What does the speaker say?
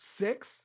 six